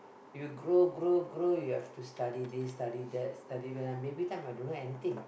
you grow grow grow you have to study this study that study but I baby time I don't know anything